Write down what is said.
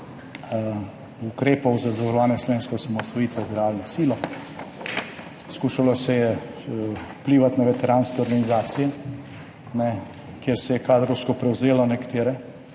ukrepov za zavarovanje slovenske osamosvojitve z realno silo, skušalo se je vplivati na veteranske organizacije, kjer se je nekatere kadrovsko prevzelo, tako